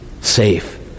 safe